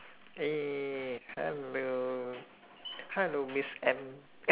eh hello hello miss M